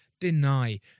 deny